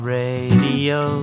radio